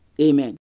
Amen